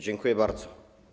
Dziękuję bardzo.